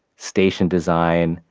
station design,